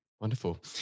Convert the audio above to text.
wonderful